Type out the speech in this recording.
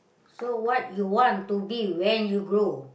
so what you want to be when you grow